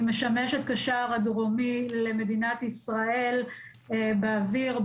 היא משמשת כשער הדרומי למדינת ישראל באוויר,